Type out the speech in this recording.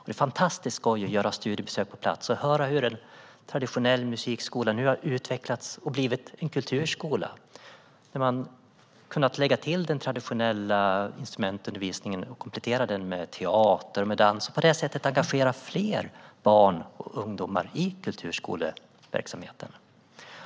Det är fantastiskt skoj att göra studiebesök på plats och höra hur en traditionell musikskola nu har utvecklats och blivit en kulturskola där man har kunnat komplettera den traditionella instrumentundervisningen med teater och dans och på det sättet engagera fler barn och ungdomar i kulturskoleverksamheten.